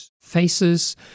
faces